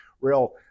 real